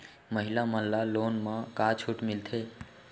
महिला मन ला लोन मा का छूट मिलथे?